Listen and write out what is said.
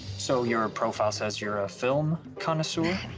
so your profile says you're a film connoisseur?